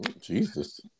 Jesus